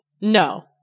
No